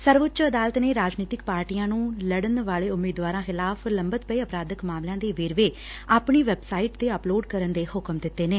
ਸਰਵਊੱਚ ਅਦਾਲਤ ਨੇ ਰਾਜਨੀਤਿਕ ਪਾਰਟੀਆਂ ਨੂੰ ਚੋਣ ਲੜਨ ਵਾਲੇ ਉਮੀਦਵਾਰਾ ਖਿਲਾਫ਼ ਲੰਬਿਤ ਪਏ ਅਪਰਾਧਿਕ ਮਾਮਲਿਆਂ ਦੇ ਵੇਰਵੇ ਆਪਣੀ ਵੈਬਸਾਈਟ ਤੇ ਅਪਲੋਡ ਕਰਨ ਦੇ ਹੁਕਮ ਦਿੱਤੇ ਨੇ